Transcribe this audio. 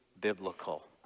biblical